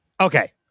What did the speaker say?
Okay